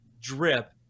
drip